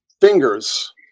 fingers